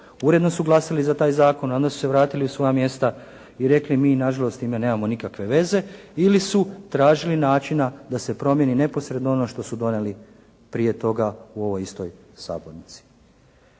uredno su glasili za taj zakon i onda su se vratili u svoja mjesta i rekli mi nažalost s time nemamo nikakve veze. Ili su tražili načina da se promijeni neposredno ono što su donijeli prije toga u ovoj istoj sabornici.